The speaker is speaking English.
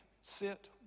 Sit